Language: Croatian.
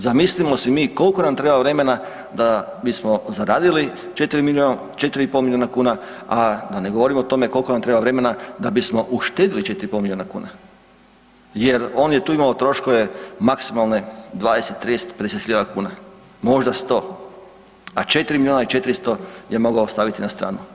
Zamislimo si mi ti koliko nam treba vremena da bismo zaradili 4,5 milijuna kuna, a da ne govorim o tome koliko nam treba vremena da bismo uštedili 4,5 milijuna kuna jer on je tu imao troškove maksimalne 20, 30, 50 hiljada kuna, možda 100, a 4 milijuna i 400 je mogao staviti na stranu.